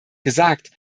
gesagt